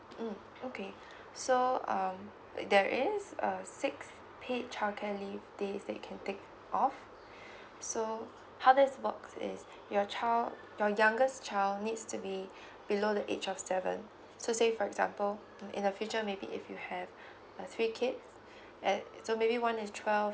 mm okay so um there is uh six paid childcare leave days that you can take off so how that's works is your child your youngest child needs to be below the age of seven so say for example um in the future maybe if you have uh three kids at so maybe one is twelve